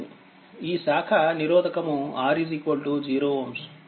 ఈ శాఖ నిరోధకము R 0Ω